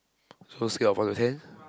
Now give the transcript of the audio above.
whole scale of one to ten